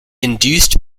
induced